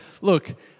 look